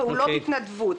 פעולות התנדבות,